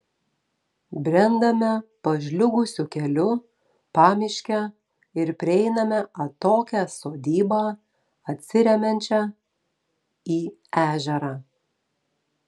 brendame pažliugusiu keliu pamiške ir prieiname atokią sodybą atsiremiančią į ežerą